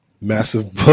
Massive